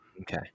Okay